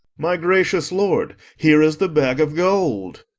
my gracious lord, here is the bag of gold.